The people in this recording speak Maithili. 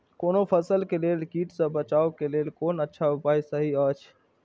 कोनो फसल के लेल कीट सँ बचाव के लेल कोन अच्छा उपाय सहि अछि?